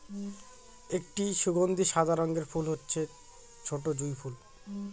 একটি সুগন্ধি সাদা রঙের ফুল হচ্ছে ছোটো জুঁই ফুল